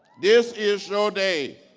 this is your day,